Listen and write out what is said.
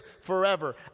forever